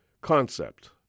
concept